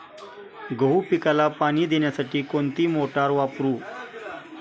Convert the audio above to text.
गहू पिकाला पाणी देण्यासाठी कोणती मोटार वापरू?